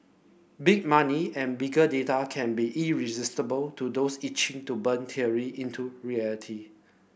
big money and bigger data can be irresistible to those itching to turn theory into reality